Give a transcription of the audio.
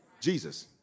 Jesus